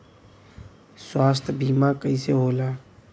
स्वास्थ्य बीमा कईसे होला?